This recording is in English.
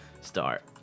Start